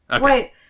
Wait